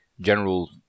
general